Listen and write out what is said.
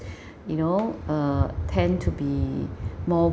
you know uh tend to be more